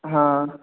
हॅं